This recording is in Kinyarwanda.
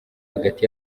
hagati